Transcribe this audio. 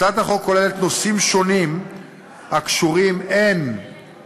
הצעת החוק כוללת נושאים שונים הקשורים הן